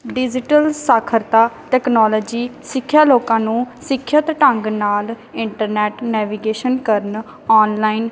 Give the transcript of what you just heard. digital ਸਾਖਰਤਾ technology ਸਿੱਖਿਆ ਲੋਕਾਂ ਨੂੰ ਸਿੱਖਿਅਤ ਢੰਗ ਨਾਲ ਇੰਟਰਨੈੱਟ ਨੈਵੀਗੇਸ਼ਨ ਕਰਨ ਔਨਲਾਈਨ